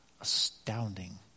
Astounding